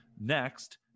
Next